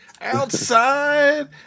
outside